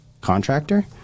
contractor